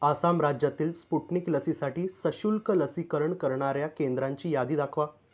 आसाम राज्यातील स्पुटनिक लसीसाठी सशुल्क लसीकरण करणाऱ्या केंद्रांची यादी दाखवा